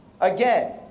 again